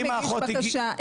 מי מגיש בקשה,